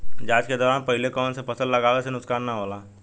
जाँच के दौरान पहिले कौन से फसल लगावे से नुकसान न होला?